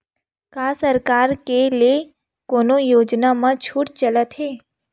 का सरकार के ले कोनो योजना म छुट चलत हे?